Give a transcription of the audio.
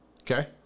okay